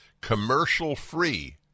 commercial-free